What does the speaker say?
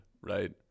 right